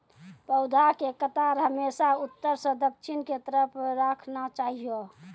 पौधा के कतार हमेशा उत्तर सं दक्षिण के तरफ राखना चाहियो